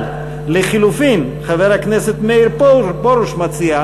אבל לחלופין, חבר הכנסת מאיר פרוש מציע.